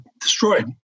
destroyed